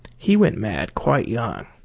he went mad quite young.